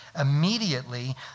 Immediately